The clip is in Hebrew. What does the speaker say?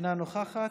אינה נוכחת.